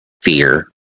fear